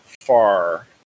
far